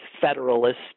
federalist